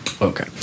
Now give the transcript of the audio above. Okay